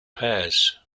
pairs